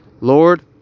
Lord